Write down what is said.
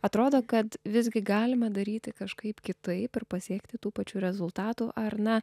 atrodo kad visgi galima daryti kažkaip kitaip ir pasiekti tų pačių rezultatų ar na